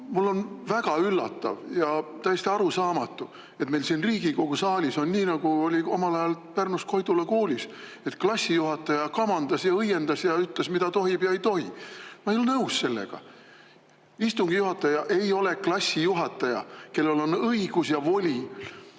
mulle on väga üllatav ja täiesti arusaamatu, et meil siin Riigikogu saalis on nii, nagu oli omal ajal Pärnus Koidula koolis, et klassijuhataja kamandas ja õiendas ja ütles, mida tohib ja mida ei tohi. Ma ei ole sellega nõus. Istungi juhataja ei ole klassijuhataja ja tal ei ole õigust ja voli